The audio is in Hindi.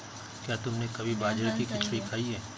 क्या तुमने कभी बाजरे की खिचड़ी खाई है?